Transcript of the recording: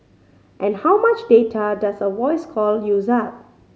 and how much data does a voice call use up